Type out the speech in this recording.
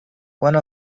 one